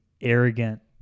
arrogant